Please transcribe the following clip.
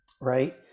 right